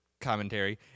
commentary